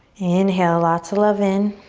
inhale lots of love in.